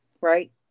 Right